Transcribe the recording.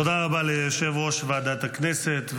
תודה רבה ליושב-ראש ועדת הכנסת.